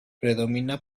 predomina